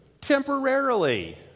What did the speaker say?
temporarily